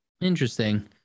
Interesting